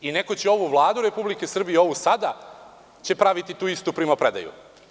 Neko će za ovu Vladu Republike Srbije, ovu sada, praviti tu istu primopredaju.